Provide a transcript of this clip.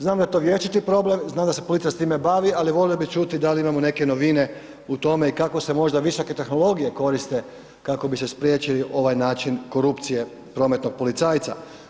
Znam da je to vječiti problem, znam da se policija s time bavi, ali volio bi čuti da li imamo neke novine u tome kako se možda visoke tehnologije koriste kako bi se spriječio ovaj način korupcije prometnog policajca.